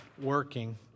working